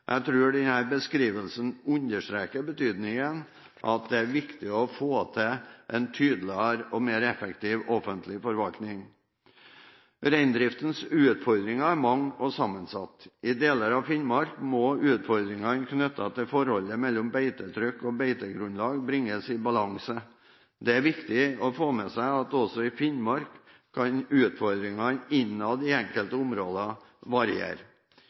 Jeg tror denne beskrivelsen understreker betydningen av at det er viktig å få til en tydeligere og mer effektiv offentlig forvaltning. Reindriftens utfordringer er mange og sammensatte. I deler av Finnmark må utfordringene knyttet til forholdet mellom beitetrykk og beitegrunnlag bringes i balanse. Det er viktig å få med seg at også i Finnmark kan utfordringene innad i enkelte områder